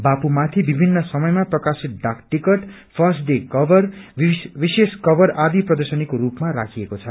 बापूमाथि विभिन्न समयमा प्रकाशित डाक टिकट फर्स्ट डे कवर विशेष कवर आदि प्रर्दशनीको रूपमा राखिएको छ